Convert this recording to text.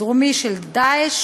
דרומי של "דאעש",